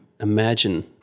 imagine